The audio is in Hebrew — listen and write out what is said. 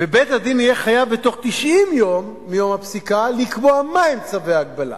ובית-הדין יהיה חייב בתוך 90 יום מיום הפסיקה לקבוע מהם צווי ההגבלה.